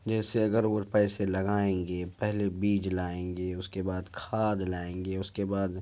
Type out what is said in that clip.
جیسے اگر وہ پیسے لگائیں گے پہلے بیج لائیں گے اس کو بعد کھاد لائیں گے اس کے بعد